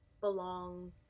belong